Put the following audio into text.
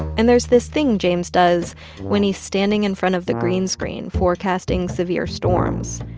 and there's this thing james does when he's standing in front of the green screen, forecasting severe storms.